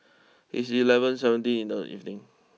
it's eleven seventeen in the evening